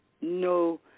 no